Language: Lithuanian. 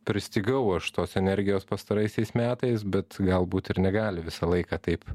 pristigau aš tos energijos pastaraisiais metais bet galbūt ir negali visą laiką taip